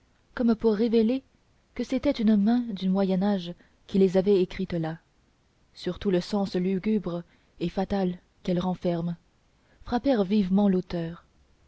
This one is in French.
comme pour révéler que c'était une main du moyen âge qui les avait écrites là surtout le sens lugubre et fatal qu'elles renferment frappèrent vivement l'auteur